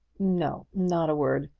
no not a word.